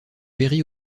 péri